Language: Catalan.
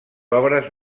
obres